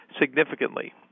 significantly